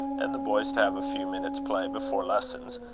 and the boys to have a few minutes' play before lessons,